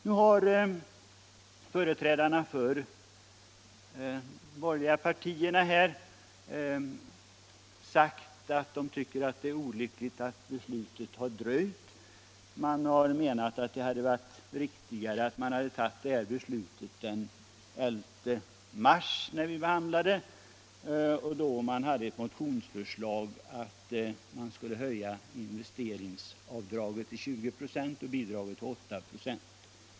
Nu har företrädarna för de borgerliga partierna sagt att det är olyckligt att beslutet har dröjt. Man anser att det hade varit riktigare att ta detta beslut den 11 mars, då det förelåg ett motionsförslag om att höja investeringsavdraget till 20 96 och bidraget till 8 96.